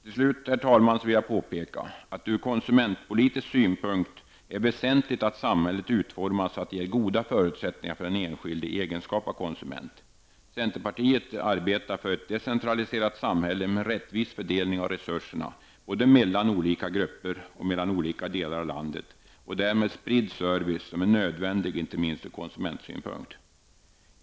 Till slut vill jag, herr talman, påpeka att det från konsumentpolitisk synpunkt är väsentligt att samhället utformas så, att det ger goda förutsättningar för den enskilde i egenskap av konsument. Centerpartiet arbetar för ett decentraliserat samhälle med rättvis fördelning av resurserna både mellan olika grupper och mellan olika delar av landet. Därmed sprids service, som är nödvändig inte minst från konsumentsynpunkt.